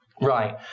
Right